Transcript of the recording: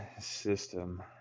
system